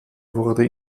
wurde